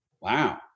Wow